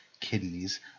kidneys